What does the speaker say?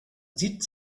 sieht